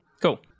Cool